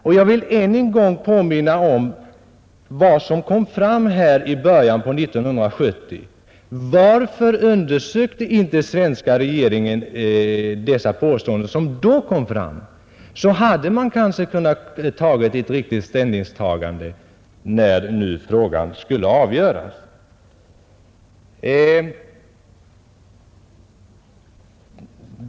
Och jag vill än en gång påminna om vad som kom fram i början av 1970. Varför undersökte inte svenska regeringen de påståenden som då framfördes? Om man gjort det, hade man kanske kunnat göra ett riktigt ställningstagande, när frågan skulle avgöras.